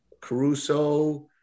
Caruso